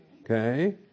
Okay